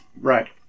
Right